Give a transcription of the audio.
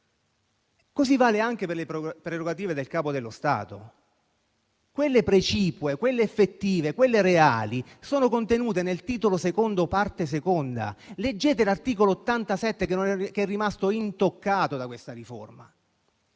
Così vale anche per le prerogative del Capo dello Stato: quelle precipue, quelle effettive, quelle reali sono contenute nel Titolo II, Parte II, della Costituzione. Leggete l'articolo 87, che è rimasto intoccato da questa riforma: